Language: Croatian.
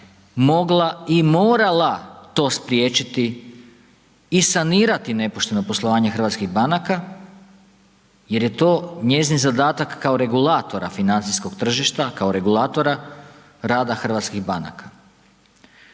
mogla i morala to spriječiti i sanirati nepošteno poslovanje hrvatskih banka jer je to njezin zadatak kao regulatora financijskog tržišta, kao regulatora rada hrvatskih banaka.